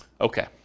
Okay